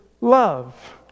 love